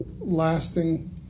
lasting